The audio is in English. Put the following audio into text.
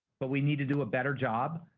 but we need to do a better job.